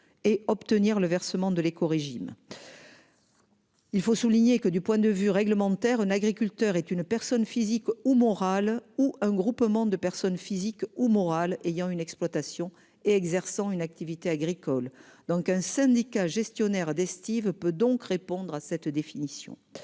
et obtenir le versement de l'éco-régime. Il faut souligner que du point de vue réglementaire, un agriculteur est une personne physique ou morale ou un groupement de personne physique ou morale ayant une exploitation et exerçant une activité agricole donc un syndicat gestionnaire d'estives peut donc répondre à cette définition.